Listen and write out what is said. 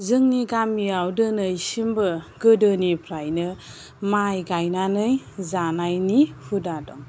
जोंनि गामियाव दिनैसिमबो गोदोनिफ्रायनो माइ गायनानै जानायनि हुदा दं